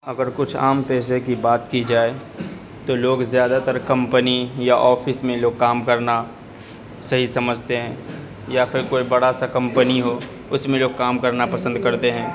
اگر کچھ عام پیسے کی بات کی جائے تو لوگ زیادہ تر کمپنی یا آفس میں لوگ کام کرنا صحیح سمجھتے ہیں یا پھر کوئی بڑا سا کمپنی ہو اس میں جو کام کرنا پسند کرتے ہیں